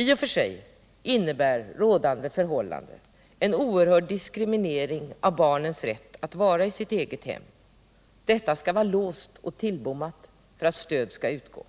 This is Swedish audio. I och för sig innebär rådande förhållande en oerhörd diskriminering av barnens rätt att vara i sitt eget hem — detta skall vara låst och tillbommat för att stöd skall utgå.